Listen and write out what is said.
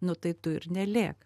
nu tai tu ir nelėk